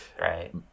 Right